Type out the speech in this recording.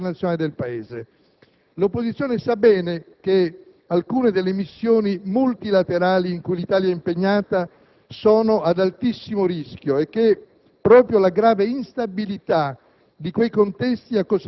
come trabocchetto parlamentare. La politica estera, ancor più delle stesse politiche economiche e sociali, per essere credibile e autorevole, ha bisogno di un rapporto leale e corretto tra maggioranza e opposizione.